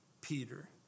Peter